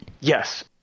Yes